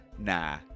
Nah